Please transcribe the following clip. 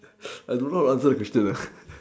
I don't know how to answer the question